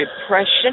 depression